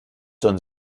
sollen